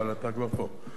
אבל אתה כבר פה.